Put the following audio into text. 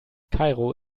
kairo